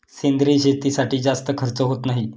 सेंद्रिय शेतीसाठी जास्त खर्च होत नाही